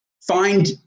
find